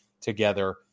together